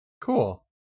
Cool